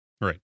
Right